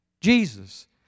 Jesus